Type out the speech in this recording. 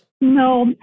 No